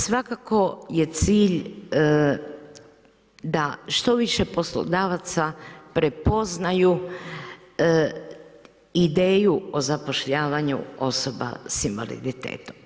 Svakako je cilj da što više poslodavaca prepoznaju ideju o zapošljavanju osoba sa invaliditetom.